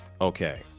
Okay